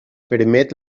permet